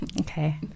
okay